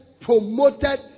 promoted